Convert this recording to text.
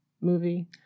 movie